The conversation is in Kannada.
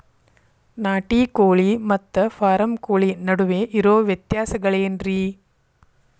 ನಾಟಿ ಕೋಳಿ ಮತ್ತ ಫಾರಂ ಕೋಳಿ ನಡುವೆ ಇರೋ ವ್ಯತ್ಯಾಸಗಳೇನರೇ?